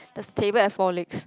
does table have four legs